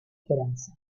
esperanza